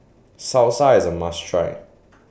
Salsa IS A must Try